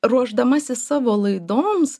ruošdamasi savo laidoms